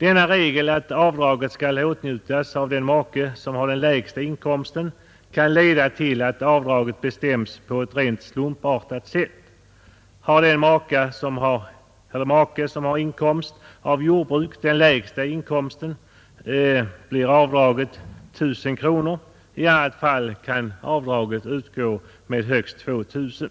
Denna regel kan leda till att avdraget bestäms på ett rent slumpartat sätt. Om den make, som har inkomst av jordbruk, har den lägre inkomsten, blir avdraget 1 000 kronor. I motsatt fall kan avdraget uppgå till högst 2 000 kronor.